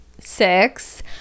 six